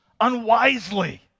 unwisely